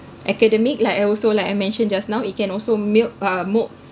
academic like I also like I mentioned just now it can also milk uh mould